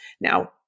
Now